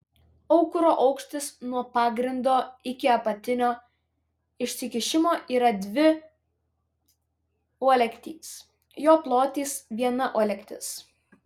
aukuro aukštis nuo pagrindo iki apatinio išsikišimo yra dvi uolektys jo plotis viena uolektis